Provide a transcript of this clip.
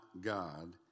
God